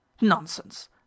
Nonsense